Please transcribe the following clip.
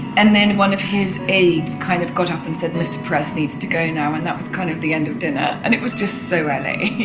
and then one of his aides kind of got up and said, mr. peres needs to go now. and that was kind of the end of dinner. and it was just so um la